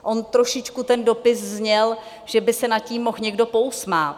On trošičku ten dopis zněl, že by se nad tím mohl někdo pousmát.